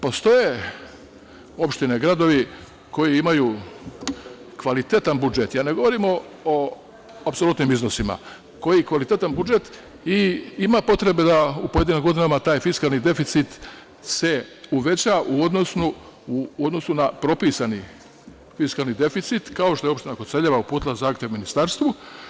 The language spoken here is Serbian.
Postoje opštine i gradovi koji imaju kvalitetan budžet, ja ne govorim o apsolutnim iznosima, i ima potrebe da u pojedinim godinama taj fiskalni deficit se uveća u odnosu na propisani fiskalni deficit, kao što je opština Koceljeva uputila zahtev ministarstvu.